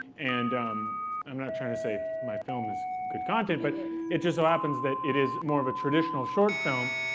and um i'm not trying to say my film is good content, but it just so happens that it is more of a traditional short film.